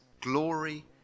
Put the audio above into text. glory